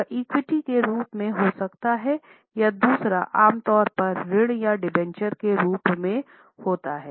यह इक्विटी के रूप में हो सकता है या दूसरा आम तौर पर ऋण या डिबेंचर के रूप में होता है